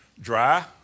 dry